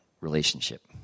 relationship